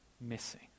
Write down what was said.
missing